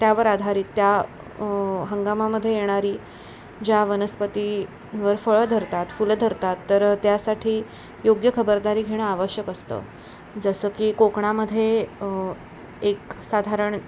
त्यावर आधारित त्या हंगामामध्ये येणारी ज्या वनस्पतीवर फळं धरतात फुलं धरतात तर त्यासाठी योग्य खबरदारी घेणं आवश्यक असतं जसं की कोकणामध्ये एक साधारण